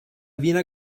viene